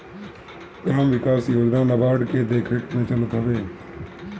gram विकास योजना नाबार्ड के देखरेख में चलत हवे